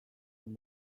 and